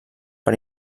per